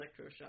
electroshock